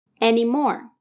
anymore